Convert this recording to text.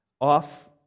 off